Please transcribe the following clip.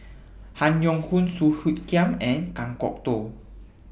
Han Yong Hong Song Hoot Kiam and Kan Kwok Toh